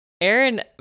Aaron